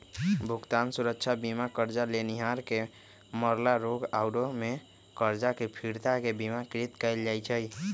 भुगतान सुरक्षा बीमा करजा लेनिहार के मरला, रोग आउरो में करजा के फिरता के बिमाकृत कयल जाइ छइ